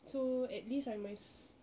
so at least I must